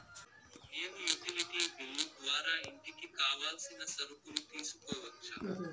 నేను utility bill ద్వారా ఇంటికి కావాల్సిన సరుకులు తీసుకోవచ్చా?